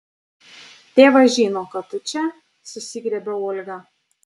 tėvas žino kad tu čia susigriebia olga